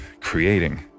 creating